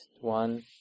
one